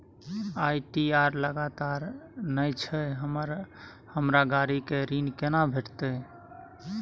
ITR लगातार नय छै हमरा गाड़ी के ऋण केना भेटतै?